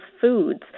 foods